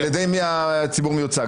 על ידי מי הציבור מיוצג?